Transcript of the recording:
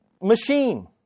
machine